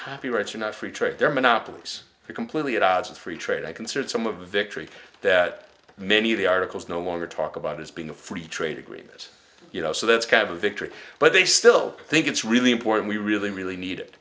copyrights are not free trade they're monopolies are completely at odds with free trade i considered some of the victory that many of the articles no longer talk about as being a free trade agreement you know so that's kind of a victory but they still think it's really important we really really need it